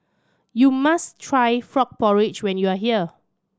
you must try frog porridge when you are here